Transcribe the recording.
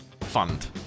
fund